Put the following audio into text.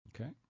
okay